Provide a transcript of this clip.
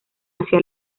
hacia